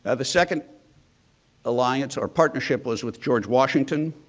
ah the second alliance or partnership was with george washington.